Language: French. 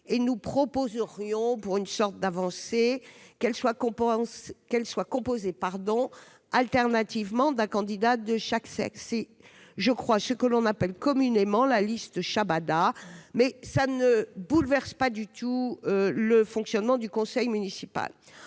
collègues proposent, comme une avancée, qu'elle soit composée alternativement d'un candidat de chaque sexe. C'est ce que l'on appelle communément la « liste chabada ». Cela ne bouleverse pas du tout le fonctionnement du conseil municipal.